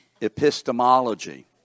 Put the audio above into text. Epistemology